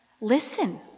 Listen